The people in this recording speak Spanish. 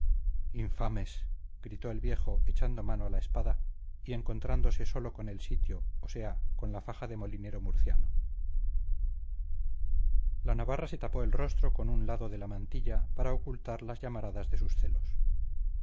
infames gritó el viejo echando mano a la espada y encontrándose sólo con el sitio o sea con la faja del molinero murciano la navarra se tapó el rostro con un lado de la mantilla para ocultar las llamaradas de sus celos